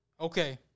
Okay